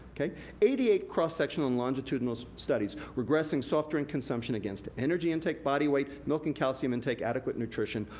eighty eight cross sectional and longitudinal studies regressing soft drink consumption against energy intake, body weight, milk and calcium intake, adequate nutrition,